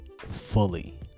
fully